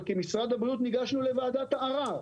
אבל כמשרד הבריאות ניגשנו לוועדת הערר.